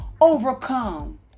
overcome